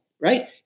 right